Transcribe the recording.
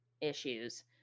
issues